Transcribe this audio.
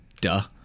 Duh